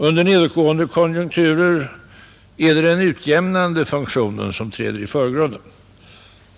Under nedåtgående konjunkturer är det den utjämnande funktionen som träder i förgrunden.